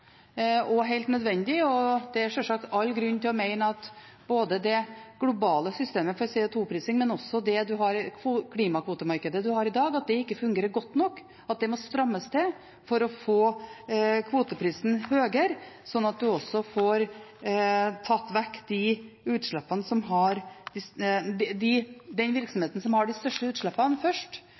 og helt nødvendig, og det er sjølsagt all grunn til å mene at både det globale systemet for CO 2 -prising og klimakvotemarkedet vi har i dag, ikke fungerer godt nok, og at det må strammes til for å få en høyere kvotepris, slik at man først får tatt vekk den virksomheten som har de største utslippene.